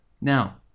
Now